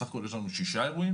סך הכול יש לנו ששה אירועים,